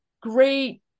great